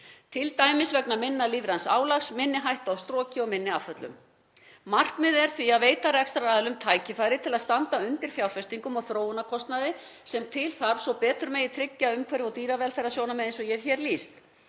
t.d. vegna minna lífræns álags, minni hættu á stroki og minni afföllum. Markmiðið er því að veita rekstraraðilum tækifæri til að standa undir fjárfestingum og þróunarkostnaði sem til þarf svo betur megi tryggja umhverfis- og dýravelferðarsjónarmið eins og ég hef hér lýst.